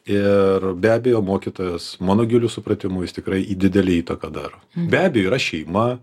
ir be abejo mokytojas mano giliu supratimu jis tikrai į didelę įtaką daro be abejo yra šeima